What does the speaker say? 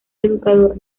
educador